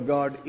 God